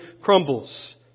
crumbles